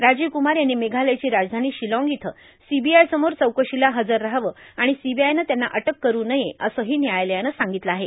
राजीव कुमार यांनी मेघालयाची राजधानी राशलाँग इथं सीबीआयसमोर चौकशीला हजर राहावं आर्गाण सीबीआयनं त्यांना अटक करु नये असंहो न्यायालयानं सांगतलं आहे